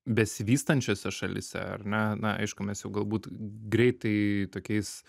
besivystančiose šalyse ar ne na aišku mes jau galbūt greitai tokiais